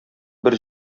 бер